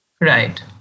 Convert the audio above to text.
right